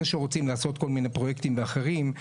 שרוצים לעשות כל מיני פרויקטים ואחרים,